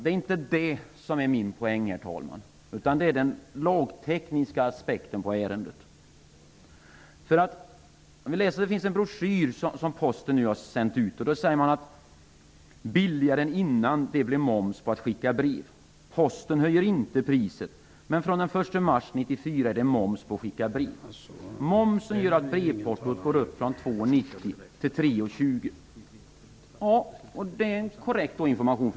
Det är inte det som är min poäng, herr talman, utan det är den lagtekniska aspekten på ärendet. Posten har sänt ut en broschyr. Där säger man att det är billigare att skicka brev än innan det blev momsbelagt. Posten höjer inte priset, men från den Det är en korrekt information från Posten. Herr talman! Övriga ledamöter av kammaren!